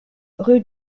rue